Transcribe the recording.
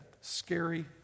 scary